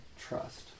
trust